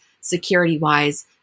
security-wise